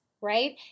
right